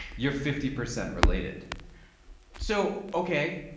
you're fifty percent related so, okay.